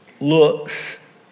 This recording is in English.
looks